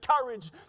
courage